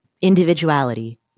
individuality